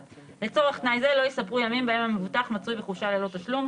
לצורך תנאי זה לא יספרו ימים בהם המבוטח מצוי בחופשה ללא תשלום.